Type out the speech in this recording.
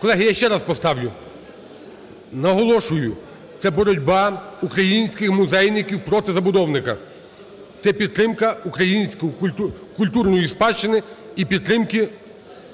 Колеги, я ще раз поставлю. Наголошую, це боротьба українських музейників проти забудовника, це підтримка української культурної спадщини і підтримка